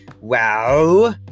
Wow